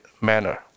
manner